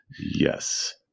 Yes